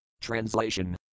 Translation